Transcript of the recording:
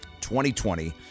2020